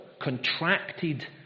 contracted